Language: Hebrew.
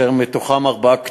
ובתוכם ארבעה קטינים,